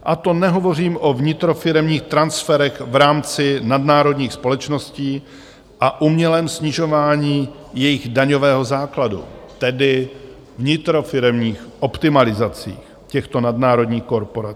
A to nehovořím o vnitrofiremních transferech v rámci nadnárodních společností a umělém snižování jejich daňového základu, tedy vnitrofiremních optimalizacích těchto nadnárodních korporací.